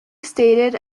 stated